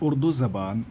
اردو زبان